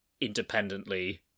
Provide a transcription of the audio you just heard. independently